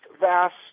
vast